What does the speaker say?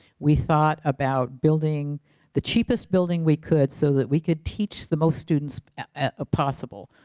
we thought about building the cheapest building we could so that we could teach the most students ah possible.